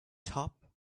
top